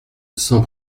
sans